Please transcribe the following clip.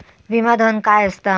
विमा धन काय असता?